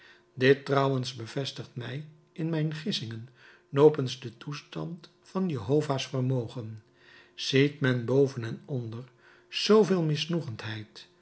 dit trouwens bevestigt mij in mijn gissingen nopens den toestand van jehova's vermogen ziet men boven en onder